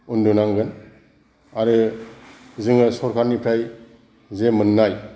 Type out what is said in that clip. उन्दुनांगोन आरो जोङो सरकारनिफ्राय जे मोननाय